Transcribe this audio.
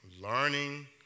learning